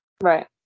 Right